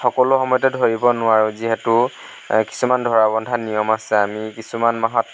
সকলো সময়তে ধৰিব নোৱাৰোঁ যিহেতু কিছুমান ধৰা বন্ধা নিয়ম আছে আমি কিছুমান মাহত